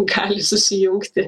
gali susijungti